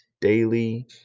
daily